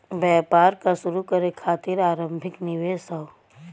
व्यापार क शुरू करे खातिर आरम्भिक निवेश हौ